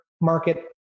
market